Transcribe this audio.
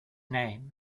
name